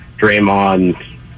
Draymond